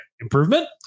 Improvement